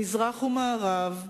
מזרח ומערב,